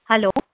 hello